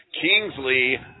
Kingsley